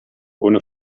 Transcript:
ohne